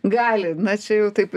gali na čia jau taip